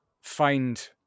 find